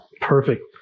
Perfect